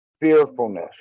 fearfulness